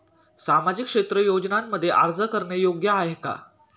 सामाजिक क्षेत्र योजनांमध्ये अर्ज करणे योग्य आहे का?